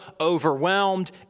overwhelmed